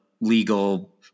legal